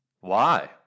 Why